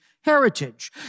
heritage